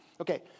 Okay